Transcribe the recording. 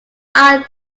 art